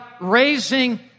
raising